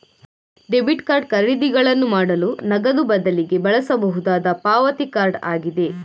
debit card ಖರೀದಿಗಳನ್ನು ಮಾಡಲು ನಗದು ಬದಲಿಗೆ ಬಳಸಬಹುದಾದ ಪಾವತಿ ಕಾರ್ಡ್ ಆಗಿದೆ